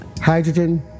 hydrogen